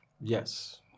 Yes